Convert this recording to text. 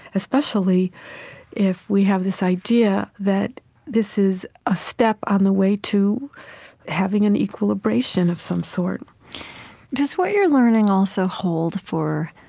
especially if we have this idea that this is a step on the way to having an equilibration of some sort does what you're learning also hold for